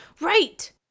right